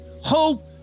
hope